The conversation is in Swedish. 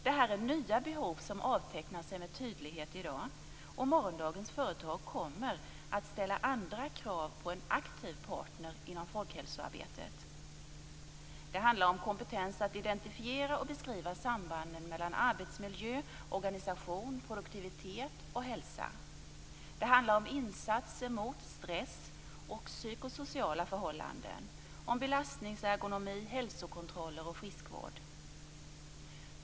Det är nya behov som med tydlighet avtecknar sig i dag. Morgondagens företag kommer att ställa andra krav på en aktiv partner inom folkhälsoarbetet. Det handlar om kompetens att identifiera och beskriva sambanden mellan arbetsmiljö, organisation, produktivitet och hälsa. Det handlar om insatser mot stress och psykosociala förhållanden, belastningsergonomi, hälsokontroller och friskvård.